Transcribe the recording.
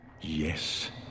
Yes